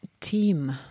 team